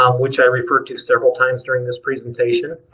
ah which i referred to several times during this presentation,